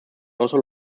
also